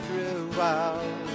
throughout